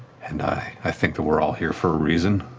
and i i think that we're all here for a reason.